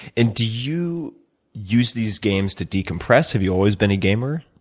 and do you use these games to decompress? have you always been a gamer?